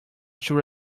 should